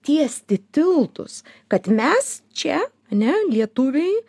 tiesti tiltus kad mes čia ne lietuviai